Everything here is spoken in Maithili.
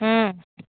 हूँ